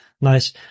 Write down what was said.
Nice